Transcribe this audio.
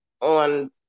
on